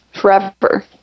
forever